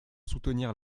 soutenir